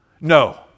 No